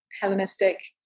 Hellenistic